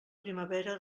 primavera